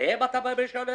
אליהן אתה בא עם רישיון עסק?